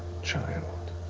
child.